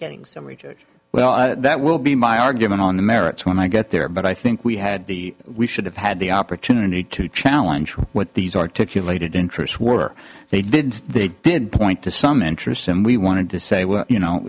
getting some rejection well that will be my argument on the merits when i get there but i think we had the we should have had the opportunity to challenge what these articulated interests were they did and they did point to some interests and we wanted to say well you know